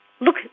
Look